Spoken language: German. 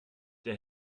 der